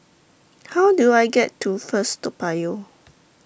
How Do I get to First Toa Payoh